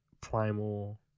primal